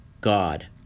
God